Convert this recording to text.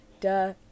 Duh